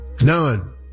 None